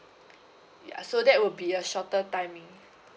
ya so that will be a shorter timing